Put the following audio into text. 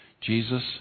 Jesus